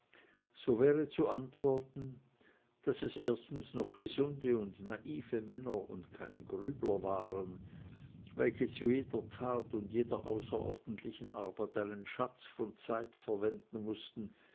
so wäre zu antworten daß es erstens noch gesunde und naive männer und keine grübler waren welche zu jeder tat und jeder außerordentlichen arbeit einen schatz von zeit verschwenden mußten